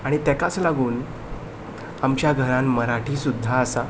आनी ताकाच लागून आमच्या घरान मराठी सुद्दां आसा